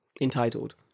entitled